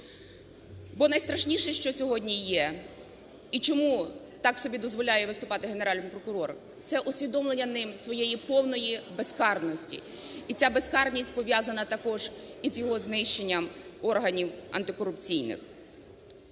Бо найстрашніше, що сьогодні є і чому так собі дозволяє виступати Генеральний прокурор – це усвідомлення ним своєї повної безкарності і ці безкарність пов'язана також із його знищенням органів антикорупційних.